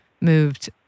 moved